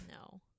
No